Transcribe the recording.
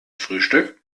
frühstück